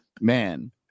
Man